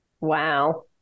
Wow